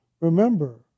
remember